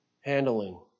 handling